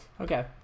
Okay